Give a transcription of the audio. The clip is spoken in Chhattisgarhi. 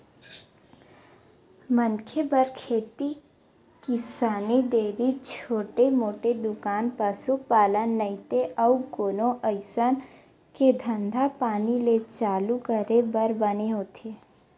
मनखे बर खेती किसानी, डेयरी, छोटे मोटे दुकान, पसुपालन नइते अउ कोनो अइसन के धंधापानी के चालू करे बर बने होथे